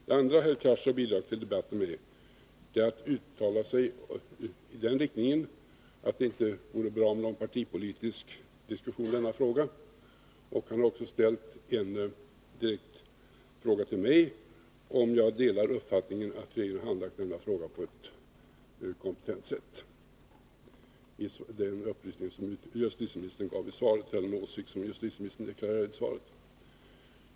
Det andra herr Cars har bidragit till debatten med är att uttala sig i den riktningen att det inte vore bra med någon partipolitisk diskussion i denna fråga. Han har också ställt en direkt fråga till mig, om jag delar uppfattningen att regeringen handlagt denna fråga på ett kompetent sätt — den åsikt som justitieministern deklarerade i svaret.